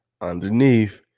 underneath